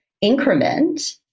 increment